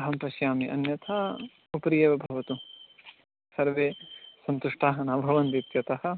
अहं पश्यामि अन्यथा उपरि एव भवतु सर्वे सन्तुष्टाः न भवन्ति इत्यतः